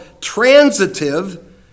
transitive